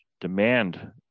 demand